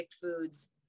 foods